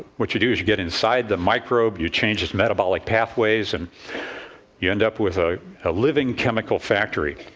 what you do is, you get inside the microbe, you change its metabolic pathways, and you end up with a living chemical factory.